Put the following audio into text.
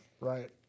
right